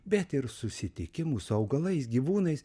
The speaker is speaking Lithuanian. bet ir susitikimų su augalais gyvūnais